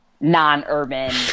non-urban